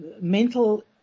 mental